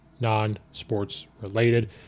non-sports-related